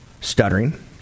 stuttering